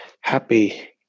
Happy